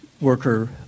worker